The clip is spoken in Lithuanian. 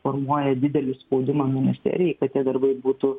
formuoja didelį spaudimą ministerijai kad tie darbai būtų